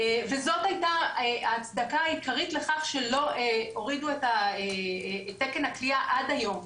וזאת הייתה ההצדקה העיקרית לכך שלא הורידו את תקן הכליאה עד היום.